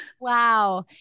Wow